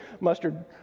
mustard